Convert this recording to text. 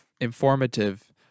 informative